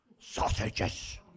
Sausages